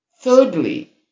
Thirdly